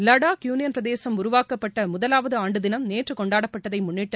Ladakh union பிரதேசம் உருவாக்கப்பட்ட முதலாவது ஆண்டு தினம் நேற்று கொண்டாடப்பட்டதை முன்னிட்டு